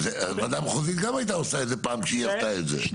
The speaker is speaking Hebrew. ועדה מחוזית גם הייתה עושה את זה פעם כשהיא עשתה את זה.